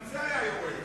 גם זה היה יורד,